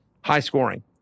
high-scoring